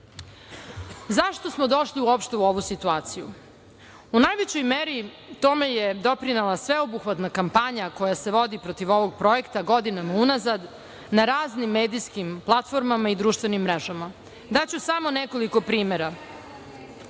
Zašto smo došli uopšte u ovu situaciju?U najvećoj meri tome je doprinela sveobuhvatna kampanja koja se vodi protiv ovoj projekta godinama unazad, na raznim medijskim platformama i raznim društvenim mrežama. Daću samo nekoliko primera,